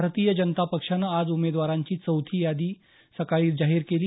भारतीय जनता पक्षानं आज उमेदवारांची चौथी यादी आज सकाळी जाहीर केली